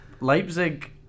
Leipzig